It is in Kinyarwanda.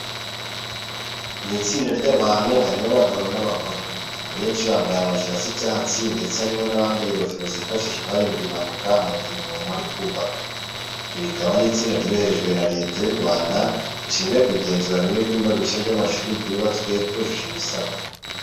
Ni itsinda ry'abantu harimo abagabo n'abagore, abenshi bambaye amajire asa icyatsi ndetse harimo n'abambaye ingofero zifashishwa hirindwa impanuka mu gihe umuntu ari kubaka. Iri rikaba ari itsinda ryoherejwe na Leta y'u Rwanda rishinzwe kugenzura niba ibyumba bishya by'amashuri byubatswe byujuje ibisabwa.